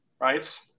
Right